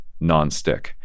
nonstick